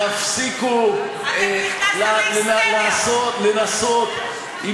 תפסיקו לנסות,